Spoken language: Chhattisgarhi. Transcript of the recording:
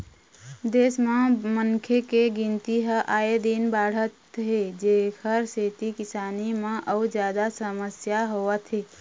देश म मनखे के गिनती ह आए दिन बाढ़त हे जेखर सेती किसानी म अउ जादा समस्या होवत हे